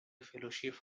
fellowship